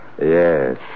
Yes